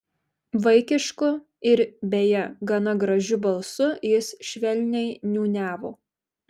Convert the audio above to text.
vaikišku ir beje gana gražiu balsu jis švelniai niūniavo